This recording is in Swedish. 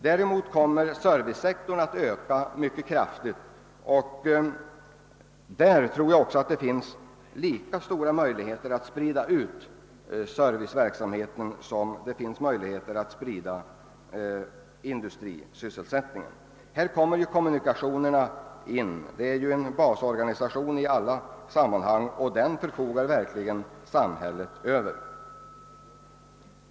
Däremot kommer servicesektorn att öka mycket kraftigt, och jag tror att det finns lika stora möjligheter att sprida ut serviceverksamheten som att öka industrisysselsättningen. Här kommer ju kommunikationerna in. De är en basorganisation i alla sammanhang, och den förfogar verkligen samhället över.